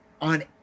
on